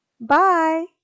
Bye